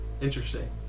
interesting